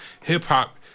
Hip-hop